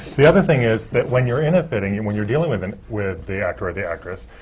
the other thing is that when you're in a fitting, and when you're dealing with and with the actor or the actress,